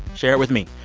share it with me.